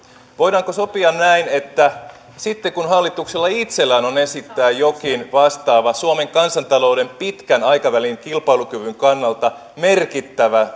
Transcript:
voidaanko sopia näin että sitten kun hallituksella itsellään on esittää jokin vastaava suomen kansantalouden pitkän aikavälin kilpailukyvyn kannalta merkittävä